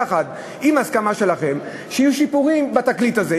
יחד עם הסכמה שלכם שיהיו שיפורים בתקליט הזה.